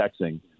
texting